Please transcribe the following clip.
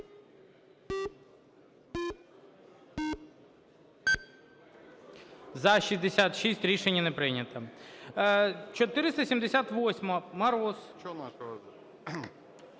За-66 Рішення не прийнято. 478-а. Мороз.